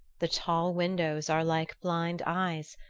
the tall windows are like blind eyes,